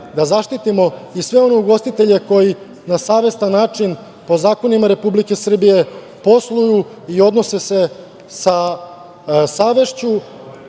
da zaštitimo i sve one ugostitelje na savestan način po zakonima Republike Srbije posluju i odnose se sa savešću,